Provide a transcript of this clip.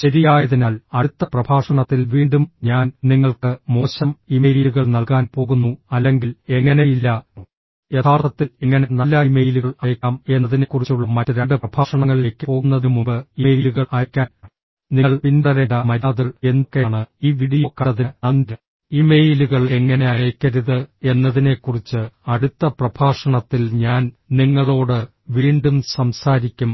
ശരിയായതിനാൽ അടുത്ത പ്രഭാഷണത്തിൽ വീണ്ടും ഞാൻ നിങ്ങൾക്ക് മോശം ഇമെയിലുകൾ നൽകാൻ പോകുന്നു അല്ലെങ്കിൽ എങ്ങനെ ഇല്ല യഥാർത്ഥത്തിൽ എങ്ങനെ നല്ല ഇമെയിലുകൾ അയയ്ക്കാം എന്നതിനെക്കുറിച്ചുള്ള മറ്റ് രണ്ട് പ്രഭാഷണങ്ങളിലേക്ക് പോകുന്നതിനുമുമ്പ് ഇമെയിലുകൾ അയയ്ക്കാൻ നിങ്ങൾ പിന്തുടരേണ്ട മര്യാദകൾ എന്തൊക്കെയാണ് ഈ വീഡിയോ കണ്ടതിന് നന്ദി ഇമെയിലുകൾ എങ്ങനെ അയയ്ക്കരുത് എന്നതിനെക്കുറിച്ച് അടുത്ത പ്രഭാഷണത്തിൽ ഞാൻ നിങ്ങളോട് വീണ്ടും സംസാരിക്കും